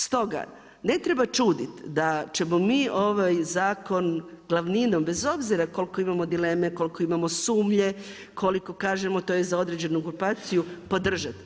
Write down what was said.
Stoga ne treba čudit da ćemo mi ovaj zakon, glavninu bez obzira koliko imamo dileme, koliko imamo sumnje, koliko kažemo to je za određenu grupaciju podržati.